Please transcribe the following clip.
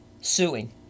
Suing